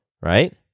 right